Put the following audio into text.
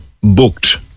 booked